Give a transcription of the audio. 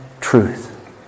truth